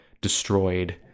destroyed